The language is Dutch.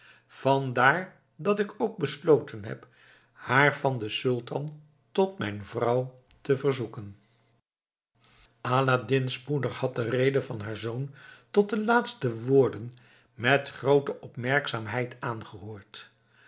vandaar dat ik ook besloten ben haar van den sultan tot mijn vrouw te verzoeken aladdin's moeder had de rede van haar zoon tot de laatste woorden met groote opmerkzaamheid aangehoord